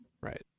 Right